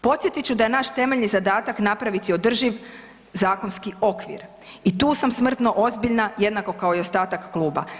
Podsjetit ću da je naš temeljni zadatak napraviti održiv zakonski okvir i tu sam smrtno ozbiljna jednako kao i ostatak kluba.